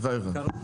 בחייכם.